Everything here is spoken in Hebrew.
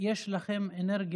יש לכם אנרגיה